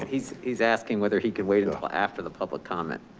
he's he's asking whether he could wait until after the public comment,